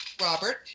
Robert